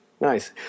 nice